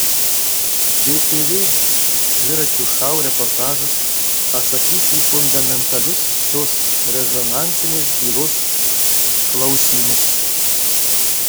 btv dviračio šou reportažas atsakys į fundamentalius šios rezonansinės bylos klausymus